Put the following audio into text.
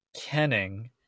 Kenning